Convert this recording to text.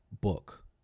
book